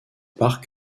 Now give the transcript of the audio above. part